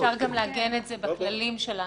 ש': אפשר לעגן את זה בכללים שלנו,